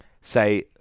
say